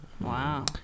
Wow